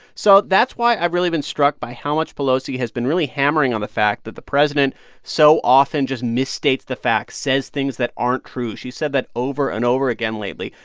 so that's why i've really been struck by how much pelosi has been really hammering on the fact that the president so often just misstates the facts, says things that aren't true. she's said that over and over again lately.